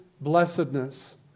blessedness